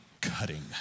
cutting